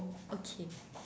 okay